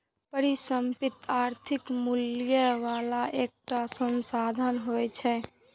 परिसंपत्ति आर्थिक मूल्य बला एकटा संसाधन होइ छै